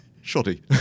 shoddy